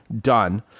Done